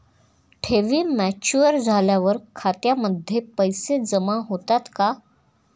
ठेवी मॅच्युअर झाल्यावर खात्यामध्ये पैसे जमा होतात का?